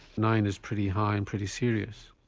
nine is pretty high and pretty serious.